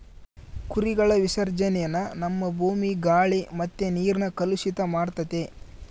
ಕುರಿಗಳ ವಿಸರ್ಜನೇನ ನಮ್ಮ ಭೂಮಿ, ಗಾಳಿ ಮತ್ತೆ ನೀರ್ನ ಕಲುಷಿತ ಮಾಡ್ತತೆ